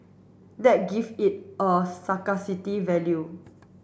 that give it a scarcity value